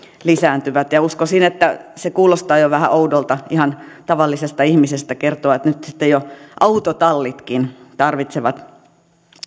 lisääntyvät uskoisin että se kuulostaa jo vähän oudolta ihan tavallisesta ihmisestä kertoa että nyt sitten jo autotallitkin tarvitsevat